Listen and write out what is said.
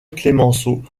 clemenceau